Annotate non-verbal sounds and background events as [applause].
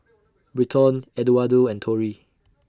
[noise] Britton Eduardo and Tori